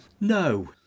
no